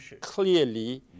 clearly